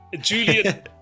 Julian